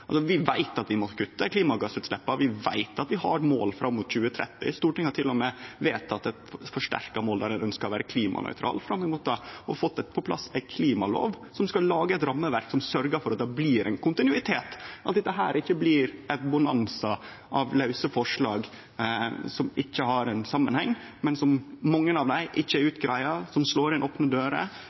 vi står i? Vi veit at vi må kutte i klimagassutsleppa, vi veit at vi har mål fram mot 2030. Stortinget har til og med vedteke eit forsterka mål der ein ønskjer å vere klimanøytral fram mot det og fått på plass ei klimalov som skal lage eit rammeverk som sørgjer for at det blir ein kontinuitet, og at dette ikkje blir ein bonanza av lause forslag som ikkje har ein samanheng, og kor mange av dei ikkje er utgreidde og slår inn opne dører,